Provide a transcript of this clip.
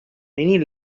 many